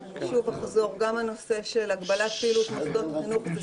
גם הנושא של הגבלת פעילות מוסדות החינוך זה